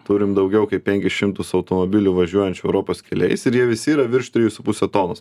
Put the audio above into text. turim daugiau kaip penkis šimtus automobilių važiuojančių europos keliais ir jie visi yra virš trijų su puse tonos